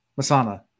Masana